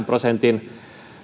prosentin